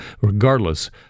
regardless